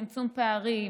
צמצום פערים,